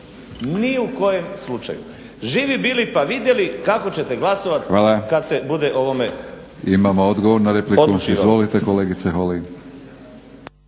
ni u kojem slučaju. Živi bili pa vidjeli kako ćete glasovat kad se bude o ovome.